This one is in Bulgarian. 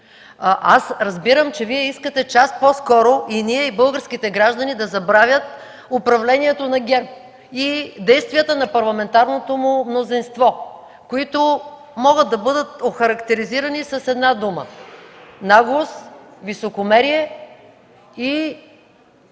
Аз разбирам, че Вие искате час по-скоро и ние, и българските граждани да забравят управлението на ГЕРБ и действията на парламентарното му мнозинство, които могат да бъдат охарактеризирани с една дума: наглост, високомерие и